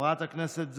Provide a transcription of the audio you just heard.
חברת הכנסת זועבי,